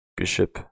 bishop